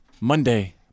Monday